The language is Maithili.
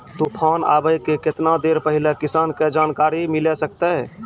तूफान आबय के केतना देर पहिले किसान के जानकारी मिले सकते?